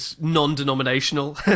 non-denominational